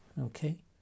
okay